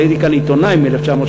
אבל הייתי כאן עיתונאי מ-1984,